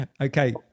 okay